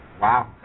Wow